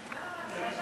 מס'